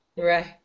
Right